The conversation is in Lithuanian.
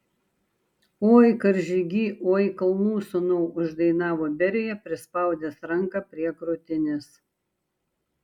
oi karžygy oi kalnų sūnau uždainavo berija prispaudęs ranką prie krūtinės